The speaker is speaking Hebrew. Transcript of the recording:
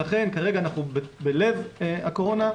כרגע אנחנו בלב הקורונה.